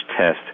test